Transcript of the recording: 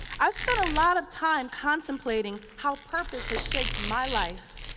i've spent a lot of time contemplating how purpose has shaped my life,